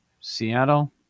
Seattle